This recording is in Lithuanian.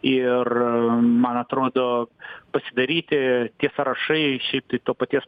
ir man atrodo pasidaryti tie sąrašai šiaip tai to paties